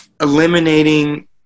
eliminating